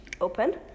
open